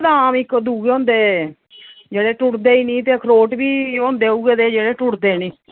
बादाम इक दुए होंदे जेह्ड़े टूटदे नी ते अखरोट बी होंदे उ'ऐ न जेह्ड़े टूटदे नी